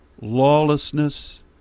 lawlessness